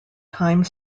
time